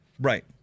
Right